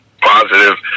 positive